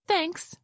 Thanks